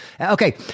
Okay